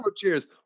cheers